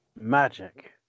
Magic